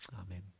Amen